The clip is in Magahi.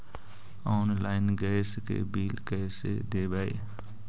आनलाइन गैस के बिल कैसे देबै?